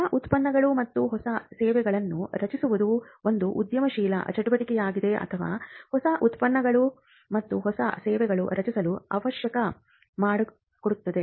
ಹೊಸ ಉತ್ಪನ್ನಗಳು ಮತ್ತು ಹೊಸ ಸೇವೆಗಳನ್ನು ರಚಿಸುವುದು ಒಂದು ಉದ್ಯಮಶೀಲ ಚಟುವಟಿಕೆಯಾಗಿದೆ ಅಥವಾ ಹೊಸ ಉತ್ಪನ್ನಗಳು ಮತ್ತು ಹೊಸ ಸೇವೆಗಳನ್ನು ರಚಿಸಲು ಅವಕಾಶ ಮಾಡಿಕೊಡುತ್ತದೆ